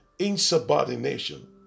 insubordination